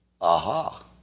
aha